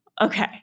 Okay